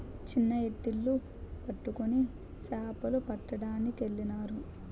చిన్న ఎత్తిళ్లు పట్టుకొని సేపలు పట్టడానికెళ్ళినారు